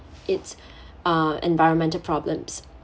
its uh environmental problems